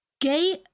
Gay